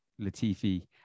Latifi